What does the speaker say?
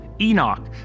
Enoch